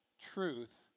truth